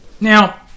Now